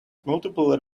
multiple